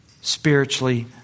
spiritually